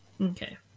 Okay